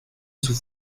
sus